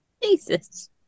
jesus